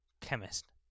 Chemist